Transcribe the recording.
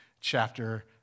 chapter